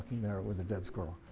there with a dead squirrel.